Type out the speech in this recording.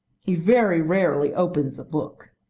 he very rarely opens a book.